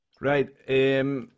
Right